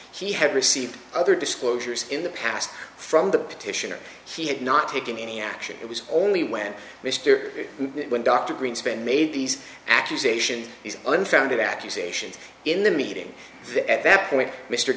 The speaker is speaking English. he had received other disclosures in the past from the petitioner he had not taken any action it was only when mr when dr greenspan made these accusations is unfounded accusations in the meeting that at that point mr